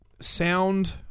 sound